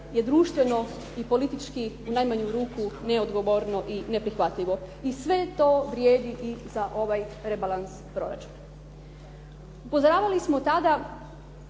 je društveno i politički u najmanju ruku neodgovorno i neprihvatljivo i sve to vrijedi i za ovaj rebalans proračuna. Upozoravali smo tada